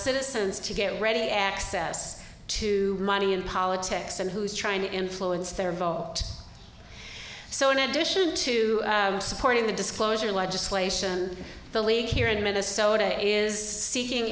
citizens to get ready access to money in politics and who is trying to influence their vote so in addition to supporting the disclosure legislation the league here in minnesota is seeking